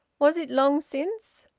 was it long since?